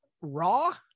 raw